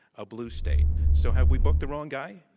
a blue state. so, have we booked the wrong guy?